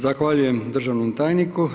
Zahvaljujem državnom tajniku.